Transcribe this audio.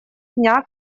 дня